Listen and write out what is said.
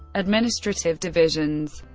administrative divisions